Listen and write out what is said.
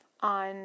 on